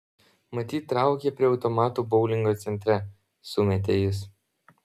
matyt traukia prie automatų boulingo centre sumetė jis